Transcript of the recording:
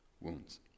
wounds